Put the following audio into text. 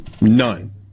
None